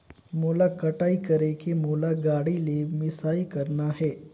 मोला कटाई करेके मोला गाड़ी ले मिसाई करना हे?